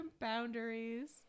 boundaries